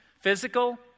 physical